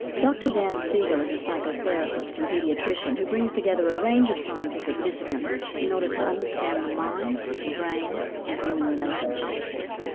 dr dan siegel is a psychotherapist and paediatrician who brings together a range of scientific disciplines in order to understand the mind, the brain and human relationships.